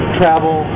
travel